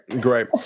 Great